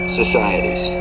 societies